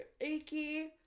achy